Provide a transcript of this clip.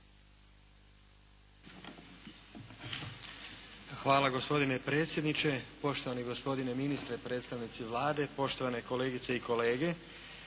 Hvala gospodine predsjedniče. Poštovani gospodine ministre, predstavnici Vlade, poštovane kolegice i kolege.